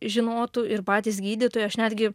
žinotų ir patys gydytojai aš netgi